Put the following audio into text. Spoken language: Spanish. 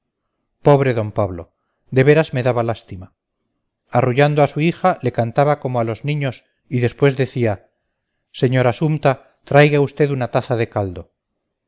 pobre d pablo de veras me daba lástima arrullando a su hija le cantaba como a los niños y después decía señora sumta traiga usted una taza de caldo